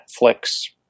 Netflix